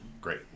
great